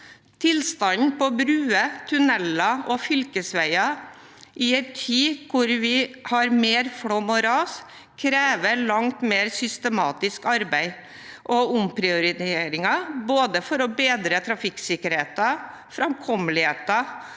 Tilstanden på bruer, tuneller og fylkesveier i en tid hvor vi har mer flom og ras, krever langt mer systematisk arbeid og omprioriteringer, både for å bedre trafikksikkerheten og framkommeligheten